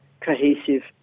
cohesive